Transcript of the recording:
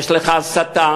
יש לך "הסתה",